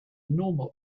normal